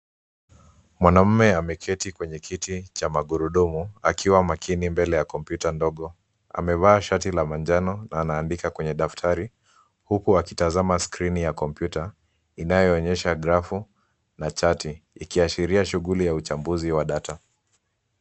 Mwanaume ameketi kwenye kiti cha magurudumu akiwa makini mbele ya kompyuta ndogo. Amevaa shati la manjano na anaandika kwenye daftari huku akitazama skrini ya kompyuta inayoonyesha grafu na chati, ikiashiria shughuli ya uchambuzi wa data.